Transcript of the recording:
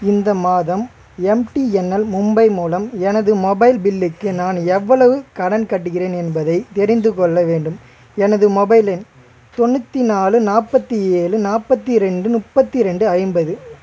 இந்த மாதம் எம்டிஎன்எல் மும்பை மூலம் எனது மொபைல் பில்லுக்கு நான் எவ்வளவு கடன் கட்டுகிறேன் என்பதை தெரிந்துக்கொள்ள வேண்டும் எனது மொபைல் எண் தொண்ணூற்றி நாலு நாற்பத்தி ஏழு நாற்பத்தி ரெண்டு முப்பத்தி ரெண்டு ஐம்பது